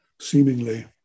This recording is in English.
seemingly